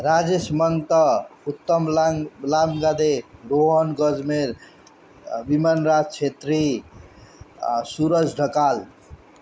राजेस मन्त उत्तम लाम लामगादे भुवन गजमेर विमन राज छेत्री सुरज ढकाल